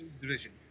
division